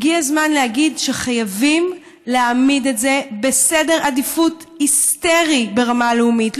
הגיע הזמן להגיד שחייבים להעמיד את זה בסדר עדיפות היסטרי ברמה הלאומית,